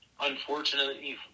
Unfortunately